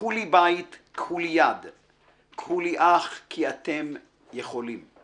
קחו לי בית / קחו לי יד / קחו לי אח / כי אתם יכולים //